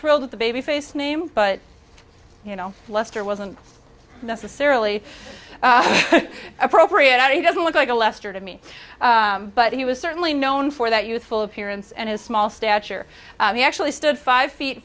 thrilled with the baby face name but you know lester wasn't necessarily appropriate and he doesn't look like a lester to me but he was certainly known for that youthful appearance and his small stature he actually stood five feet